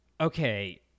okay